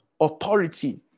authority